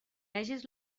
vegis